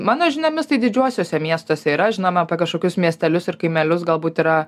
mano žiniomis tai didžiuosiuose miestuose yra žinoma apie kažkokius miestelius ir kaimelius galbūt yra